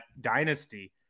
dynasty